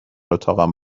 اتاقم